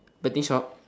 betting shop